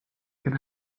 can